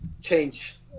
change